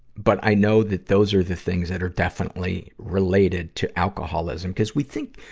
but i know that those are the things that are definitely related to alcoholism. because we think,